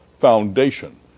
foundation